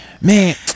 man